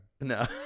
No